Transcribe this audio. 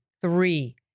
three